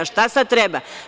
Šta sad treba?